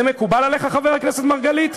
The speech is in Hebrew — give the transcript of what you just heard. זה מקובל עליך, חבר הכנסת מרגלית?